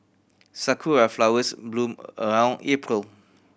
sakura flowers bloom around April